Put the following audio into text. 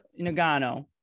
Nagano